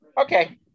Okay